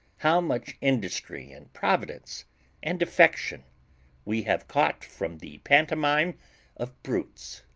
how much industry and providence and affection we have caught from the pantomime of brutes?